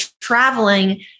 traveling